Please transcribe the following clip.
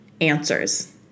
answers